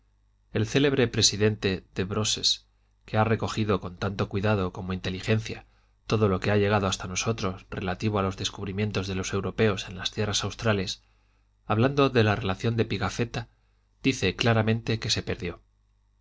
el célebre presidente de brosses que ha recogido con tanto cuidado como inteligencia todo lo que ha llegado hasta nosotros relativo a los descubrimientos de los europeos en las tierras australes hablando de la relación de pigafetta dice claramente que se perdió